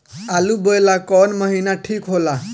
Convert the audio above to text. आलू बोए ला कवन महीना ठीक हो ला?